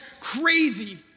Crazy